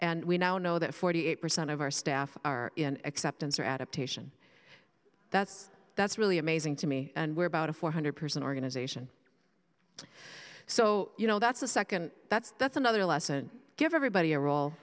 and we now know that forty eight percent of our staff are in acceptance or adaptation that's that's really amazing to me and we're about a four hundred person organization so you know that's a second that's that's another lesson give everybody a role